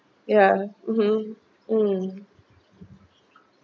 ya mmhmm mm